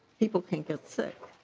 people can get sick.